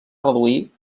reduir